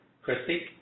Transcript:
Christy